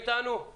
לך